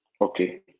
okay